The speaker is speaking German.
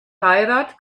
heirat